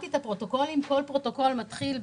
קיבלנו 16,000 יחידות דיור בתל אביב במקום 16,000 יחידות טובות